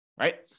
right